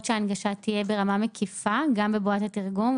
שהנגשה תהיה ברמה מקיפה גם בבועת התרגום,